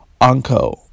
Anko